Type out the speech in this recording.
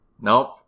Nope